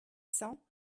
cents